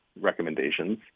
recommendations